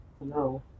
No